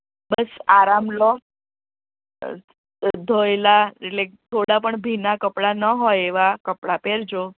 બસ આરામ લો ધોયેલા એટલે થોડા પણ ભીનાં કપડાં ન હોય એવાં કપડાં પહેરજો